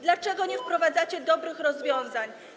Dlaczego nie wprowadzacie dobrych rozwiązań?